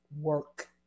work